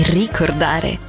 ricordare